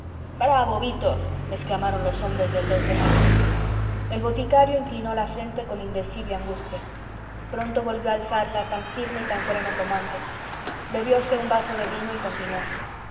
bravo vítor exclamaron los hombres del de mayo el boticario inclinó la frente con indecible angustia pronto volvió a alzarla tan firme y tan sereno como antes bebióse un vaso de vino y continuó un